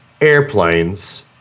airplanes